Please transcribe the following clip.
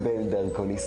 לכולם.